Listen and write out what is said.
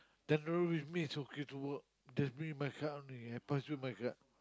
then with me is okay to work just bring my card only I pass you my card